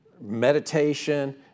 meditation